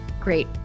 Great